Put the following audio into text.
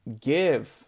give